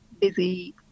busy